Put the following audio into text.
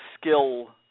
skill